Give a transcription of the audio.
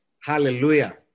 Hallelujah